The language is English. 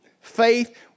Faith